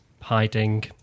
hiding